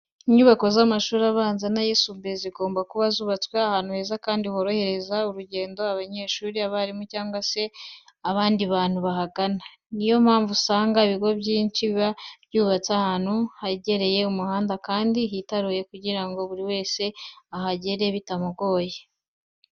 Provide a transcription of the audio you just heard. Inyubako z'amashuri abanza n'ayisumbuye ziba zigomba kuba zubatswe ahantu heza kandi horohereza urugendo abanyeshuri, abarimu cyangwa se abandi bantu bahagana. Niyo mpamvu usanga ibigo byinshi biba byubatse ahantu hegereye umuhanda kandi hitaruye kugira ngo buri wese ahagere bitamugoye.